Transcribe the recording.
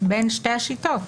בין שתי השיטות.